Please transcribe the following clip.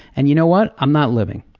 and you know what, i'm not living.